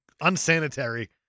unsanitary